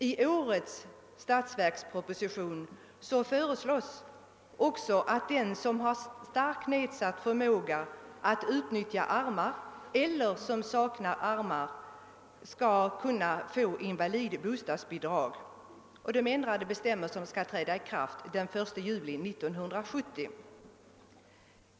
I årets statsverksproposition föreslås att den som har starkt nedsatt förmåga att utnyttja armarna eller som saknar armar också skall kunna få invalidbostadsbidrag och att ändrade bestämmelser i detta avseende skall träda i kraft den 1 juli 1970.